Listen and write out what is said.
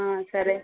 సరే